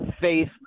faith